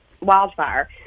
wildfire